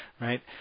right